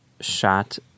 shot